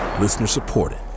Listener-supported